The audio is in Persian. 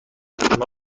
اما